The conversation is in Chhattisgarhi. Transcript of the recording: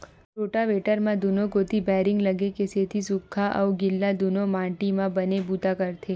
रोटावेटर म दूनो कोती बैरिंग लगे के सेती सूख्खा अउ गिल्ला दूनो माटी म बने बूता करथे